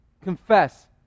Confess